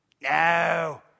No